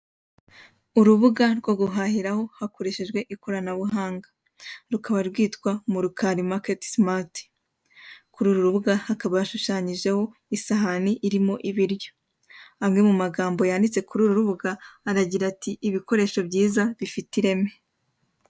Urubuga rwo guhahiraho hakoresheje ikorana buhagnga rukaba rwitwa Murukali market smart, kuri uru rubuga bakaba hashushanyijeho isahani irimo ibiryo. Amwe mu magambo yanditse kuri uru urubuga aragira ati ibikoresho byiza bifite ireme.